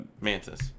Mantis